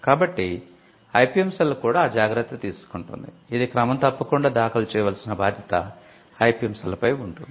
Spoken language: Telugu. కాబట్టి ఐపిఎం సెల్ కూడా ఆ జాగ్రత్త తీసుకుంటుంది ఇది క్రమం తప్పకుండా దాఖలు చేయవలసిన బాధ్యత ఐపిఎం సెల్ పై ఉంటుంది